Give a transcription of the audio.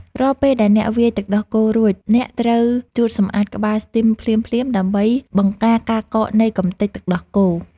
រាល់ពេលដែលអ្នកវាយទឹកដោះគោរួច អ្នកត្រូវជូតសម្អាតក្បាលស្ទីមភ្លាមៗ ដើម្បីបង្ការការកកនៃកម្ទេចទឹកដោះគោ។